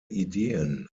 ideen